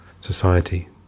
society